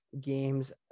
games